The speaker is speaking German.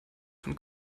von